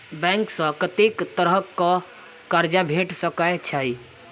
Bank सऽ कत्तेक तरह कऽ कर्जा भेट सकय छई?